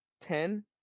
ten